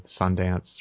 Sundance